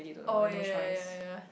oh ya ya ya ya